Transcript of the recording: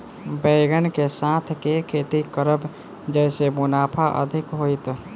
बैंगन कऽ साथ केँ खेती करब जयसँ मुनाफा अधिक हेतइ?